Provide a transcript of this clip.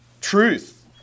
truth